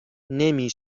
نمی